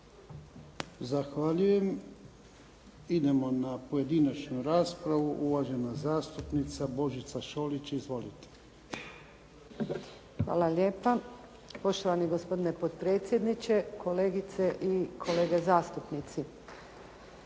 Zahvaljujem. Idemo na pojedinačnu raspravu. Uvažena zastupnica Božica Šolić. Izvolite. **Šolić, Božica (HDZ)** Hvala lijepa poštovani gospodine potpredsjedniče, kolegice i kolege zastupnici.